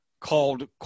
called